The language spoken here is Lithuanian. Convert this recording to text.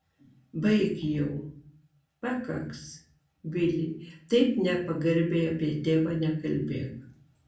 baik jau pakaks bili taip nepagarbiai apie tėvą nekalbėk